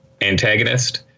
antagonist